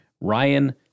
Ryan